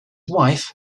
wife